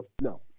no